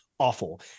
Awful